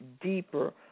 deeper